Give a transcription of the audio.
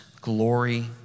glory